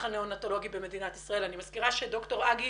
הניאונטולוגי במדינת ישראל אני מזכיר שדוקטור אגי